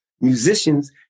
musicians